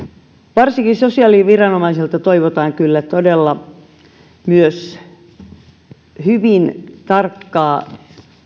varsinkin sosiaaliviranomaisilta toivotaan kyllä myös todella hyvin tarkkaa